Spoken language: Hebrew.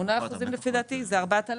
8% במינימום,